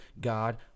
God